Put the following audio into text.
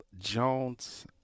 Jones